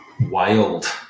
wild